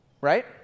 right